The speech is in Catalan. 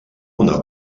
una